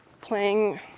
playing